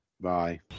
Bye